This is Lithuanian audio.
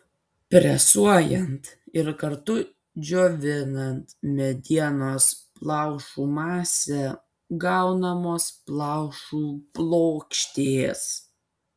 presuojant ir kartu džiovinant medienos plaušų masę gaunamos plaušų plokštės